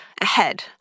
ahead